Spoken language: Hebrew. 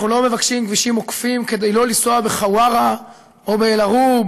אנחנו לא מבקשים כבישים עוקפים כדי שלא לנסוע בחווארה או באל-ערוב